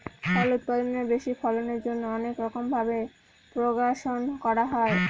ফল উৎপাদনের বেশি ফলনের জন্যে অনেক রকম ভাবে প্রপাগাশন করা হয়